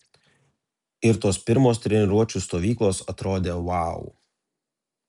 ir tos pirmos treniruočių stovyklos atrodė vau